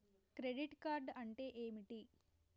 Credit card అంటే ఏమిటి?